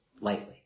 lightly